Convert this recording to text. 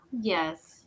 Yes